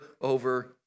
over